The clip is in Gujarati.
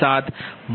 70